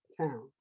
Town